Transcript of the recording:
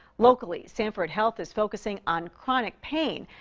locally, sanford health is focusing on chronic pain.